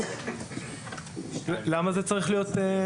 צריך להבין